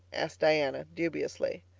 asked diana dubiously.